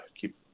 keep